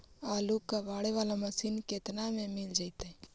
आलू कबाड़े बाला मशीन केतना में मिल जइतै?